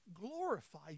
glorify